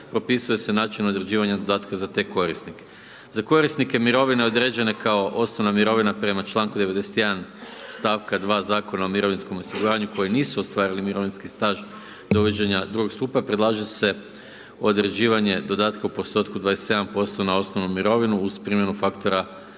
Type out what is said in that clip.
propisuje se načelno izrađivanje dodatka za te korisnike. Za korisnike mirovina određene kao osnovna mirovina prema članku 91., stavka 2., Zakona o mirovinskom osiguranju, koji nisu ostvarili mirovinski staž do uvođenja drugog stupa, predlaže se određivanje dodatka u postotku, 27% na osnovnu mirovinu uz primjenu faktora